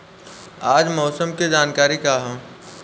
आज मौसम के जानकारी का ह?